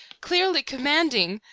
clearly commanding,